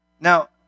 Now